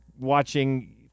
watching